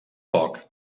poc